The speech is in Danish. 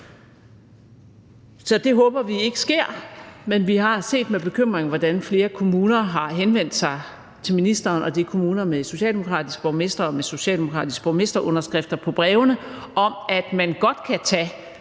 Så det håber vi ikke sker. Men vi har set med bekymring, hvordan flere kommuner har henvendt sig til ministeren – og det er kommuner med socialdemokratiske borgmestre og med socialdemokratiske borgmesterunderskrifter på brevene – om, at man godt kan tage